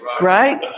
Right